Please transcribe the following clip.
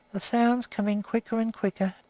the sounds coming quicker and quicker,